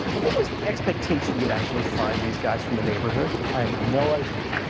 what was the expectation you'd actually find these guys from the neighborhood? i had no idea.